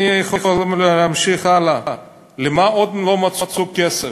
אני יכול להמשיך הלאה, למה עוד לא מצאו כסף.